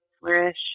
Flourish